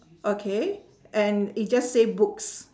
okay and it just say books